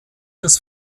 des